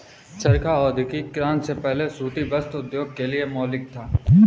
चरखा औद्योगिक क्रांति से पहले सूती वस्त्र उद्योग के लिए मौलिक था